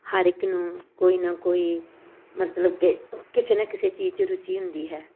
ਹਰ ਇੱਕ ਨੂੰ ਕੋਈ ਨਾ ਕੋਈ ਮਤਲਵ ਕਿ ਕਿਸੇ ਨਾ ਕਿਸੇ ਚੀਜ਼ 'ਚ ਰੁਚੀ ਹੁੰਦੀ ਹੈ